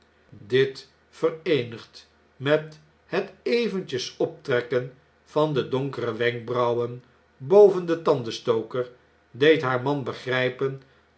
dit vereenigd met het eventjes optrekken van de donkere wenkbrauwen boven den tandenstoker deed haar man begrijpen